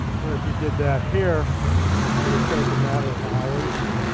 where if you did that here you would take a matter of hours,